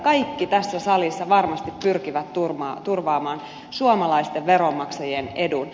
kaikki tässä salissa varmasti pyrkivät turvaamaan suomalaisten veronmaksajien edun